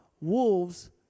wolves